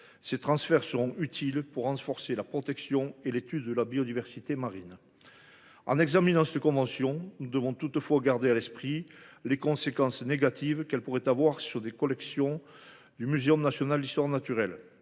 Ces transferts seront utiles pour renforcer la protection et l’étude de la biodiversité marine. En examinant cette convention, nous devons toutefois garder à l’esprit les conséquences négatives qu’elle pourrait avoir sur les collections du Muséum national d’histoire naturelle.